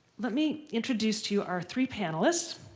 let me introduce to you our three panelists.